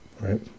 right